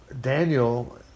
Daniel